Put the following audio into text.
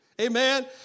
Amen